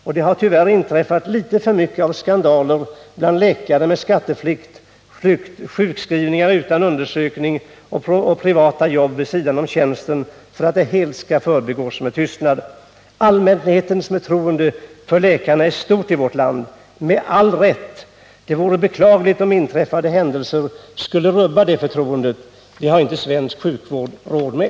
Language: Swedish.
Och det har tyvärr inträffat litet för mycket av skandaler bland läkarna med skatteflykt, sjukskrivningar utan undersökning och privata jobb vid sidan om tjänsten för att det helt skall kunna förbigås med tystnad. Allmänhetens förtroende för läkarna är stort i vårt land — med all rätt. Det vore beklagligt om inträffade händelser skulle rubba det förtroendet. Det har svensk sjukvård inte råd med.